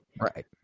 right